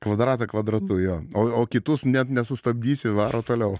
kvadratą kvadratu jo o kitus net nesustabdysi varo toliau